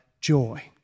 joy